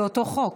זה אותו חוק.